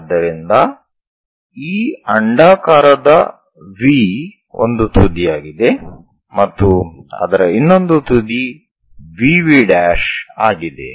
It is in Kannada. ಆದ್ದರಿಂದ ಈ ಅಂಡಾಕಾರದ V ಒಂದು ತುದಿಯಾಗಿದೆ ಮತ್ತು ಅದರ ಇನೊಂದು ತುದಿ VV ಆಗಿದೆ